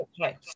Okay